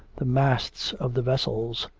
the masts of the vessels,